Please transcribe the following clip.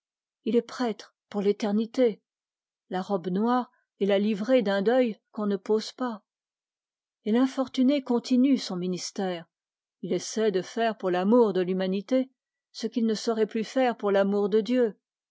il est prêtre pour l'éternité la robe noire est la livrée d'un deuil qu'on ne pose pas et l'infortuné continue son ministère il essaie de faire pour l'amour de l'humanité ce qu'il ne saurait plus faire pour l'amour de dieu